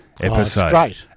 Episode